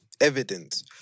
evidence